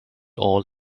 all